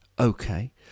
Okay